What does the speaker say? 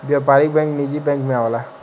व्यापारिक बैंक निजी बैंक मे आवेला